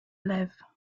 live